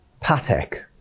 Patek